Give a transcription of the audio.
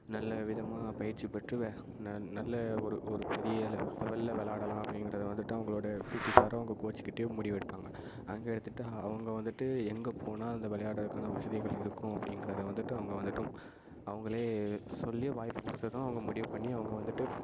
நல்ல விதமாக பயிற்சி பெற்று வெ ந நல்ல ஒரு ஒரு பெரிய லெவல் லெவலில் விளாடலாம் அப்படிங்கறது வந்துட்டு அவங்களோட பீட்டி சாரோ அவங்க கோச்கிட்டயோ முடிவு எடுப்பாங்க அங்கே எடுத்துகிட்டு அவங்க வந்துட்டு எங்கே போனால் அந்த வெளையாட்றதுக்கான வசதிகள் இருக்கும் அப்படிங்கறத வந்துட்டு அவங்க வந்துட்டும் அவங்களே சொல்லி வாய்ப்பு கொடுத்ததும் அவங்க முடிவுப்பண்ணி அவங்க வந்துவிட்டு